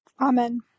Amen